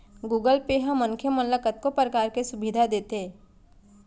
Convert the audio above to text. Google Pay ह मनखे मन ल कतको परकार के सुभीता देत हे